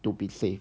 to be safe